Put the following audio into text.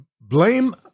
blame